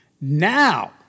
Now